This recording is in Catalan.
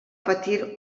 patir